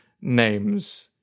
names